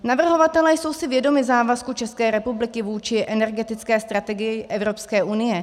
Navrhovatelé jsou si vědomi závazku České republiky vůči energetické strategii Evropské unie.